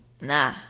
Nah